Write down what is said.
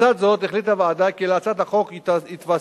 לצד זאת החליטה הוועדה כי להצעת החוק יתווסף